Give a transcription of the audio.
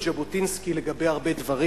את ז'בוטינסקי לגבי הרבה דברים.